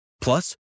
Plus